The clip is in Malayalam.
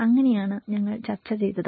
അങ്ങനെയാണ് ഞങ്ങൾ ചർച്ച ചെയ്തത്